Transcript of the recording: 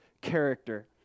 character